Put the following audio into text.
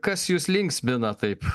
kas jus linksmina taip